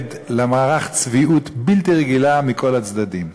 ועד למערך של צביעות בלתי רגילה מכל הצדדים.